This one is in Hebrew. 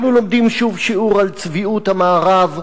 אנחנו לומדים שוב שיעור על צביעות המערב,